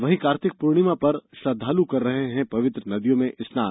वहीं कार्तिक पूर्णिमा पर श्रद्धालु कर रहे हैं पवित्र नदियों में स्नान